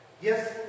Yes